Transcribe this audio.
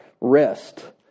rest